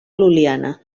lul·liana